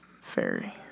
Fairy